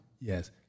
Yes